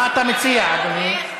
מה אתה מציע, אדוני?